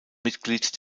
mitglied